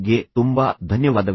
ಗೆ ತುಂಬಾ ಧನ್ಯವಾದಗಳು